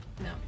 No